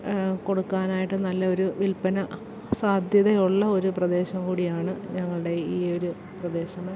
കൊടുക്കാനായിട്ട് നല്ല ഒരു വില്പന സാധ്യത ഉള്ള ഒരു പ്രദേശം കൂടിയാണ് ഞങ്ങളുടെ ഈ ഒരു പ്രദേശം